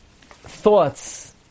thoughts